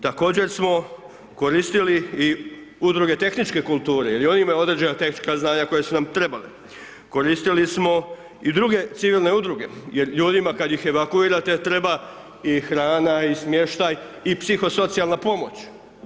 Također smo koristili i udruge tehničke kulture, jer i oni imaju određena tehnička znanja koja su nam trebale, koristili smo i druge civilne udruge, jer ljudima kad ih evakuirate, treba i hrana i smještaj i psihosocijalna pomoć.